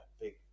big